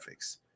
graphics